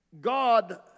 God